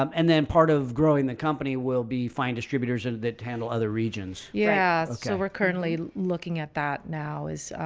um and then part of growing the company will be find distributors ah that handle other regions. yeah. so we're currently looking at that now is